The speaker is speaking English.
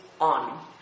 on